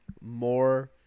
more